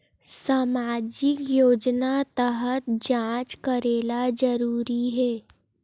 सामजिक योजना तहत जांच करेला जरूरी हे